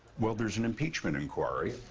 well, there's an impeachment inquiry.